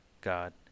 God